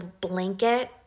blanket